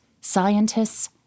scientists